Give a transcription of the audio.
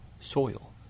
soil